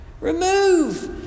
remove